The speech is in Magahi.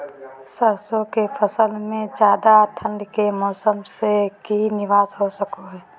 सरसों की फसल में ज्यादा ठंड के मौसम से की निवेस हो सको हय?